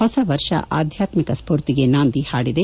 ಹೊಸ ವರ್ಷ ಆದ್ವಾತ್ಮಿಕ ಸ್ಪೂರ್ತಿಗೆ ನಾಂದಿ ಹಾಡಿದೆ